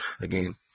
again